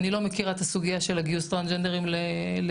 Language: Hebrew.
אני לא מכירה את הסוגייה של גיוס טרנסג'נדרים למג"ב,